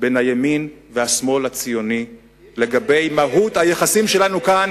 בין הימין לשמאל הציוני לגבי מהות היחסים שלנו כאן.